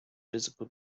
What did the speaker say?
physical